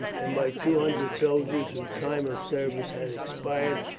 and by two hundred soldiers whose time of service had expired,